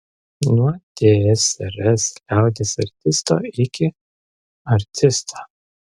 nuo tsrs liaudies artisto iki artisto